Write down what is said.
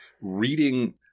reading –